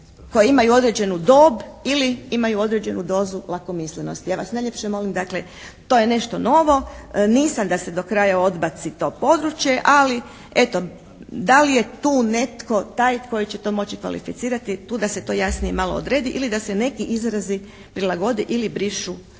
koji imaju određenu dob ili imaju određenu dob lakomislenosti. Ja vas najljepše molim, dakle to je nešto novo, nisam da se do kraja odbaci to područje, ali eto da li je tu netko taj koji će to moći kvalificirati tu da se to jasnije malo odredi ili da se neki izrazi prilagode ili brišu